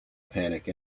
panic